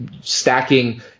stacking